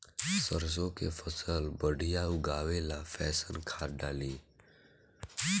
सरसों के फसल बढ़िया उगावे ला कैसन खाद डाली?